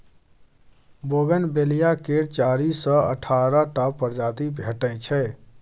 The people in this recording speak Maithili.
बोगनबेलिया केर चारि सँ अठारह टा प्रजाति भेटै छै